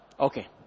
Okay